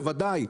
בוודאי,